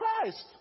Christ